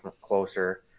closer